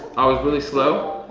i was really slow,